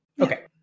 Okay